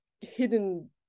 hidden